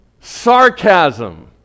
Sarcasm